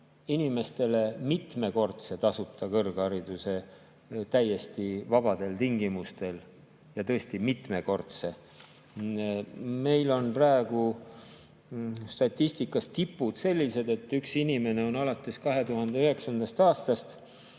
inimestele mitmekordse tasuta kõrghariduse täiesti vabadel tingimustel, tõesti mitmekordse. Meil on praegu statistikas tipud sellised, et üks inimene on alates 2009. aastast